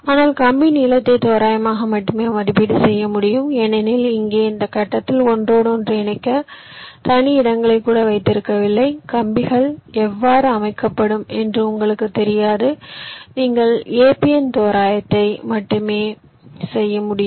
ஆனால் கம்பி நீளத்தை தோராயமாக மட்டுமே மதிப்பீடு செய்ய முடியும் ஏனெனில் இங்கே இந்த கட்டத்தில் ஒன்றோடொன்று இணைக்க தனி இடங்களை கூட வைத்திருக்கவில்லை கம்பிகள் எவ்வாறு அமைக்கப்படும் என்று உங்களுக்குத் தெரியாது நீங்கள் apn தோராயத்தை மட்டுமே செய்ய முடியும்